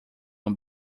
uma